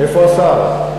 איפה השר?